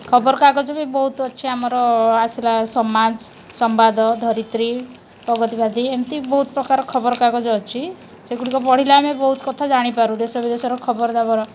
ଖବରକାଗଜ ବି ବହୁତ ଅଛି ଆମର ଆସିଲା ସମାଜ ସମ୍ବାଦ ଧରିତ୍ରୀ ପ୍ରଗତିବାଦୀ ଏମିତି ବହୁତ ପ୍ରକାର ଖବରକାଗଜ ଅଛି ସେଗୁଡ଼ିକ ପଢ଼ିଲେ ଆମେ ବହୁତ କଥା ଜାଣିପାରୁ ଦେଶ ବିଦେଶର ଖବର ଜବର